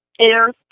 air